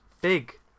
Big